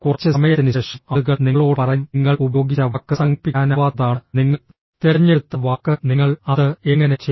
കുറച്ച് സമയത്തിന് ശേഷം ആളുകൾ നിങ്ങളോട് പറയും നിങ്ങൾ ഉപയോഗിച്ച വാക്ക് സങ്കൽപ്പിക്കാനാവാത്തതാണ് നിങ്ങൾ തിരഞ്ഞെടുത്ത വാക്ക് നിങ്ങൾ അത് എങ്ങനെ ചെയ്തു